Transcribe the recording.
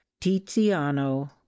tiziano